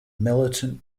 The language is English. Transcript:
militant